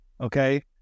okay